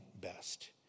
best